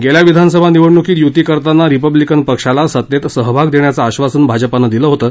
गेल्या विधानसभा निवडणुकीत युती करताना रिपब्लिकन पक्षाला सत्तेत सहभाग देण्याचं आश्वासन भाजपने दिलं होतं